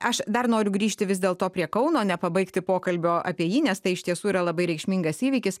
aš dar noriu grįžti vis dėlto prie kauno nepabaigti pokalbio apie jį nes tai iš tiesų yra labai reikšmingas įvykis